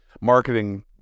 marketing